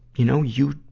you know, you,